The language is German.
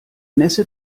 nässe